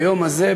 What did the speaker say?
ביום הזה,